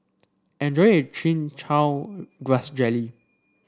enjoy your Chin Chow Grass Jelly